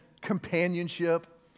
companionship